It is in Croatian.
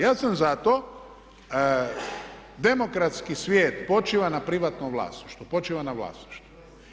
Ja sam zato demokratski svijet počiva na privatnom vlasništvu, počiva na vlasništvu.